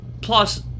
Plus